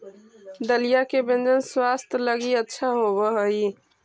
दलिया के व्यंजन स्वास्थ्य लगी अच्छा होवऽ हई